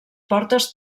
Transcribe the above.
portes